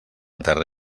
terra